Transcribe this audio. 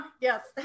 Yes